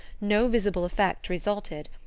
no visible effects resulted,